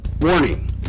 warning